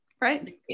Right